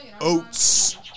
oats